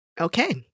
Okay